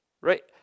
Right